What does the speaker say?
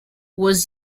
was